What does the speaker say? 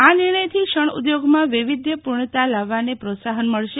આ નિર્ણયથી શરૂ ઉદ્યોગમાં વૈવિધ્યપૂર્ણતા લાવવાને પ્રોત્સાહન મળશે